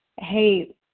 Hey